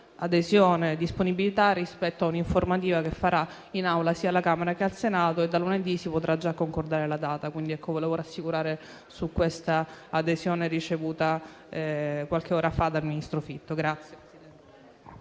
adesione e disponibilità rispetto a un'informativa che farà in Aula sia alla Camera sia al Senato, pertanto da lunedì si potrà già concordare la data. Vorrei pertanto rassicurare su quest'adesione ricevuta qualche ora fa dal ministro Fitto.